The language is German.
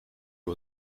wir